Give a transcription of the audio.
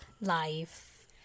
life